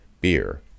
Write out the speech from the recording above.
beer